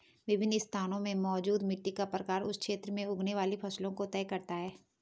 विभिन्न स्थानों में मौजूद मिट्टी का प्रकार उस क्षेत्र में उगने वाली फसलों को तय करता है